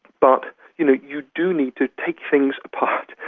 but you know you do need to take things apart,